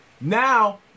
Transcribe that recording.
Now